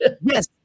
yes